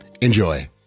Enjoy